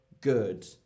good